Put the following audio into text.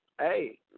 hey